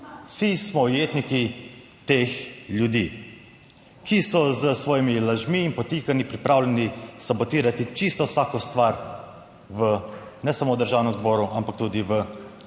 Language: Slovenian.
Vsi smo ujetniki teh ljudi, ki so s svojimi lažmi in podtikanji pripravljeni sabotirati čisto vsako stvar v, ne samo v Državnem zboru, ampak tudi v